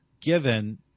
given